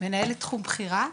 בת שבע,